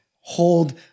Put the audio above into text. Hold